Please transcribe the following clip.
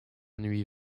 nuit